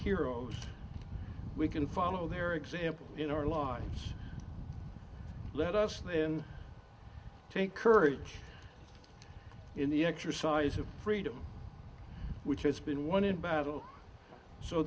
heroes we can follow their example in our lives let us then take courage in the exercise of freedom which has been won in battle so